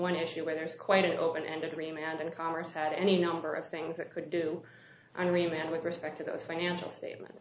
one issue where there is quite an open ended remain and congress has any number of things that could do and remain with respect to those financial statement